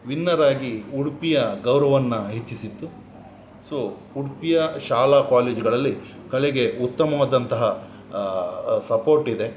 ವಿನ್ನರಾಗಿ ಉಡುಪಿಯ ಗೌರವವನ್ನ ಹೆಚ್ಚಿಸಿತ್ತು ಸೊ ಉಡುಪಿಯ ಶಾಲಾ ಕಾಲೇಜ್ಗಳಲ್ಲಿ ಕಲೆಗೆ ಉತ್ತಮವಾದಂತಹ ಸಪೋರ್ಟ್ ಇದೆ